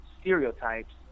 stereotypes